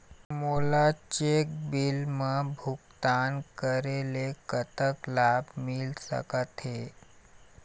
मोला cheque bill मा भुगतान करेले कतक लाभ मिल सकथे?